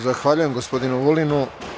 Zahvaljujem gospodinu Vulinu.